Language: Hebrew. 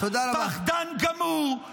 פחדן גמור,